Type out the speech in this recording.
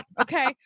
Okay